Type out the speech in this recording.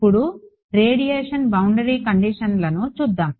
ఇప్పుడు radiation boundary కండిషన్లను చూద్దాం